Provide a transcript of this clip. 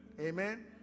Amen